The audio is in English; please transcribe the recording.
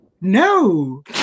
No